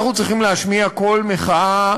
אנחנו צריכים להשמיע קול מחאה